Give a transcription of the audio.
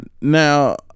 Now